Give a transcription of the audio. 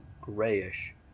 grayish